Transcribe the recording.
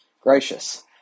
Gracious